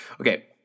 okay